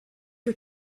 her